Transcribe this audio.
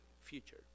future